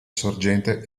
sorgente